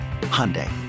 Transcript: Hyundai